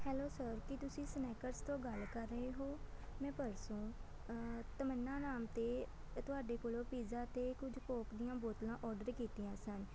hello sir ਕੀ ਤੁਸੀਂ Snackers ਤੋਂ ਗੱਲ ਕਰ ਰਹੇ ਹੋ ਮੈਂ ਪਰਸੋਂ ਤਮੰਨਾ ਨਾਮ 'ਤੇ ਤੁਹਾਡੇ ਕੋਲੋਂ ਪੀਜ਼ਾ ਅਤੇ ਕੁਝ ਕੋਕ ਦੀਆਂ ਬੋਤਲਾਂ ਔਡਰ ਕੀਤੀਆਂ ਸਨ